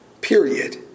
Period